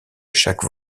chaque